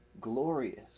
glorious